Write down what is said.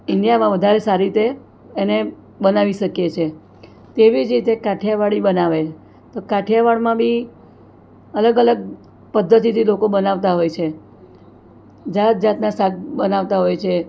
ઈન્ડિયામાં વધારે સારી રીતે એને બનાવી શકીએ છે તેવી જ રીતે કાઠિયાવાડી બનાવે તો કાઠિયાવાડમાં બી અલગ અલગ પદ્ધતિથી લોકો બનાવતા હોય છે જાતજાતના શાક બનાવતા હોય છે